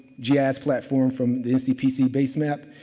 yeah gis platform from the ncpc base map,